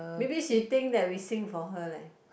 maybe she think that we sing for her leh